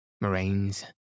moraines